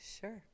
sure